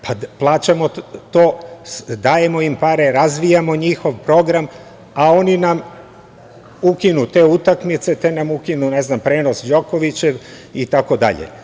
Plaćamo, dajemo im pare, razvijamo njihov program, a oni nam ukinu te utakmice, te nam ukinu prenos Đokovića itd.